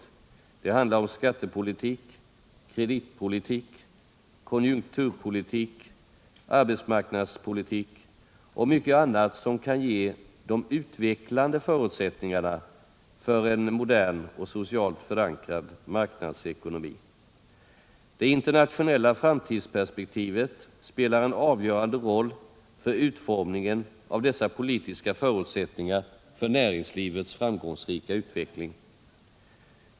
Och det handlar om skattepolitik, kreditpolitik, konjunkturpolitik, arbetsmarknadspolitik och mycket annat, som kan ge de utvecklande förutsättningarna för en modern och socialt förankrad marknadsekonomi. Det internationella framtidsperspektivet spelar en avgörande roll för utformningen av dessa politiska förutsättningar för näringslivets framgångsrika utveckling.